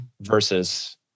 versus